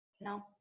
No